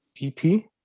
PP